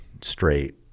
straight